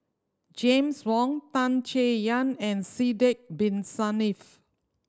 James Wong Tan Chay Yan and Sidek Bin Saniff